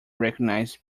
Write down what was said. recognize